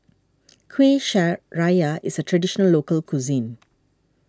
Kueh is a Traditional Local Cuisine